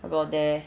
about there